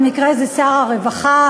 במקרה זה שר הרווחה,